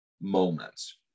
moments